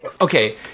okay